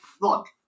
look